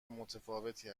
متفاوتی